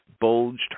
bulged